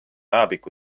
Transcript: ajapikku